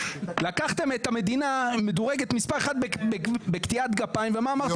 לקחתם את המדינה שמדורגת מספר 1 בקטיעת גפיים ומה אמרתם?